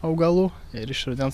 augalų ir iš rudens